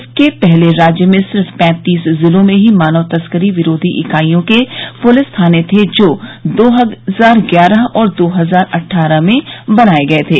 इससे पहले राज्य में सिर्फ पैंतीस जिलों में ही मानव तस्करी विरोधी इकाइयों के पूलिस थाने थे जो दो हजार ग्यारह और दो हजार अट्ठारह में बनाए गए थे